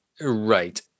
Right